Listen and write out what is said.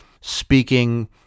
speaking